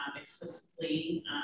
explicitly